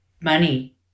money